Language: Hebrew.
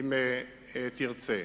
אם תרצה.